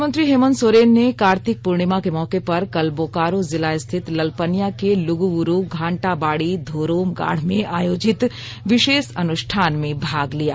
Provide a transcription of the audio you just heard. मुख्यमंत्री हेमंत सोरेन ने कार्तिक पूर्णिमा के मौके पर कल बोकारो जिला स्थित ललपनिया के लुगुबुरु घांटा बाड़ी घोरोम गाढ़ में आयोजित विशेष अनुष्ठान में भाग लिया